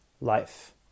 life